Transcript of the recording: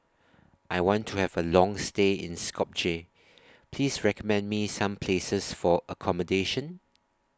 I want to Have A Long stay in Skopje Please recommend Me Some Places For accommodation